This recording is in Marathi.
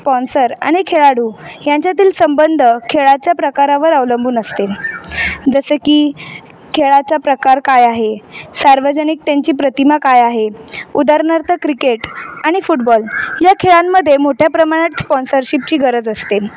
स्पॉन्सर आणि खेळाडू यांच्यातील संबंध खेळाच्या प्रकारावर अवलंबून असते जसे की खेळाचा प्रकार काय आहे सार्वजनिक त्यांची प्रतिमा काय आहे उदारणार्थ क्रिकेट आणि फुटबॉल या खेळांमध्ये मोठ्या प्रमाणात स्पॉन्सरशिपची गरज असते